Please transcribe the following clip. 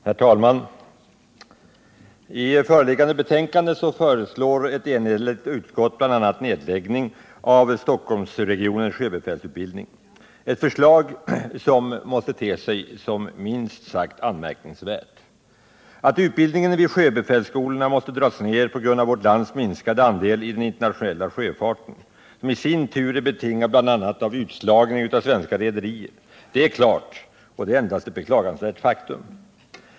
Herr talman! I föreliggande betänkande föreslår ett enhälligt utskott bl.a. nedläggning av Stockholms sjöbefälsutbildning — ett förslag som ter sig som minst sagt anmärkningsvärt. Att utbildningen vid sjöbefälsskolorna måste dras ner på grund av vårt lands minskade andel i den internationella sjöfarten — något som i sin tur är betingat bl.a. av utslagning av svenska rederier — är klart, och det är endast ett beklagansvärt faktum.